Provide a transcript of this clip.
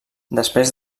després